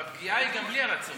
אבל הפגיעה היא גם בלי הרצון.